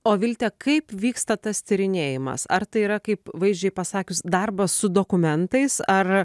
o vilte kaip vyksta tas tyrinėjimas ar tai yra kaip vaizdžiai pasakius darbas su dokumentais ar